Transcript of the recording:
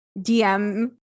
DM